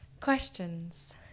Questions